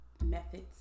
methods